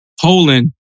Poland